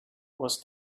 was